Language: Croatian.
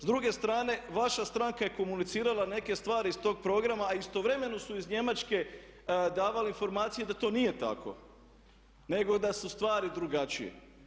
S druge strane, vaša stranka je komunicirala neke stvari iz tog programa, a istovremeno su iz Njemačke davali informacije da to nije tako, nego da su stvari drugačije.